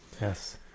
Yes